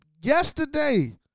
yesterday